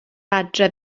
adre